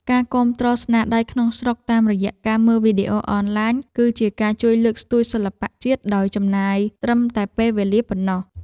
ការគាំទ្រស្នាដៃក្នុងស្រុកតាមរយៈការមើលវីដេអូអនឡាញគឺជាការជួយលើកស្ទួយសិល្បៈជាតិដោយចំណាយត្រឹមតែពេលវេលាប៉ុណ្ណោះ។